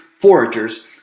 foragers